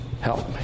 help